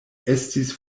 estis